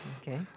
Okay